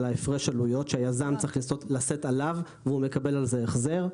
על הפרש העלויות שהיזם צריך לשאת עליו והוא מקבל על זה החזר.